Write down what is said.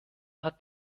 hat